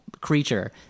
creature –